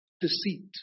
deceit